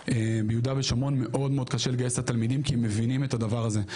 ביהודה ושומרון מאוד מאוד קשה לגייס לתלמידים כי הם מבינים את הדבר הזה,